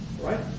right